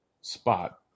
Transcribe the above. spot